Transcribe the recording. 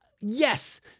yes